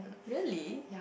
really